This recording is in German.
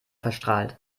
verstrahlt